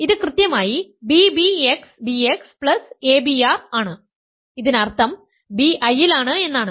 ഇത് കൃത്യമായി bbxbx abr ആണ് ഇതിനർത്ഥം b I ലാണ് എന്നാണ്